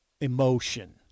emotion